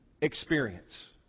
experience